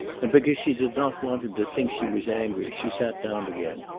and because she did not want him to think she was angry, she sat down again.